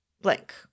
blank